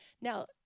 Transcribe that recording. Now